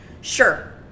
sure